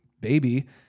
baby